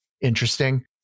interesting